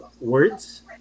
Words